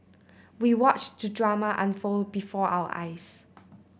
we watched the drama unfold before our eyes